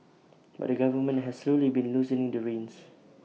but the government has slowly been loosening the reins